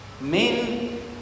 men